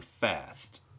fast